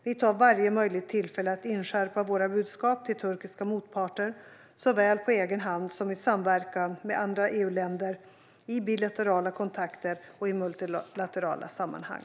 Vi tar varje möjligt tillfälle att inskärpa våra budskap till turkiska motparter, såväl på egen hand som i samverkan med andra EU-länder, i bilaterala kontakter och i multilaterala sammanhang.